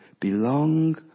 belong